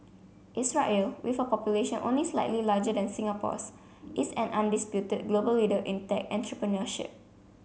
Israel with a population only slightly larger than Singapore's is an undisputed global leader in tech entrepreneurship